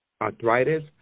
arthritis